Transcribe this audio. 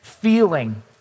feeling